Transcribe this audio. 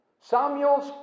Samuel's